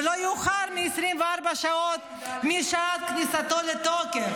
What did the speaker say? ולא יאוחר מ-24 שעות, סעיף 2(ד).